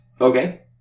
okay